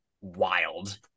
wild